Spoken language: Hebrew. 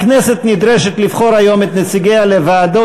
הכנסת נדרשת לבחור היום את נציגיה לוועדות